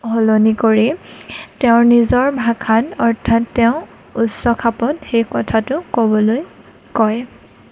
সলনি কৰি তেওঁৰ নিজৰ ভাষাত অৰ্থাৎ তেওঁ উচ্চ খাপত সেই কথাটো ক'বলৈ কয়